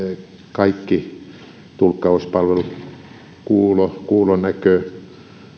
kaikki tulkkauspalvelut kuulo kuulonäkö